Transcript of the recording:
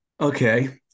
Okay